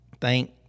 Thank